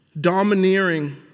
Domineering